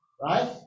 right